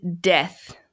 death